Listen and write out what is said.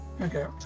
Okay